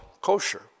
kosher